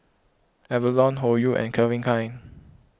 Avalon Hoyu and Calvin Klein